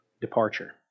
departure